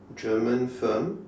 German firm